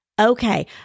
okay